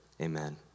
amen